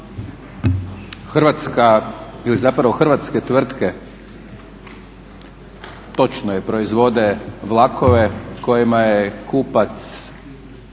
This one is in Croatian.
Hrvatska ili zapravo hrvatske tvrtke, točno je, proizvode vlakove kojima je kupac